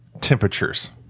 temperatures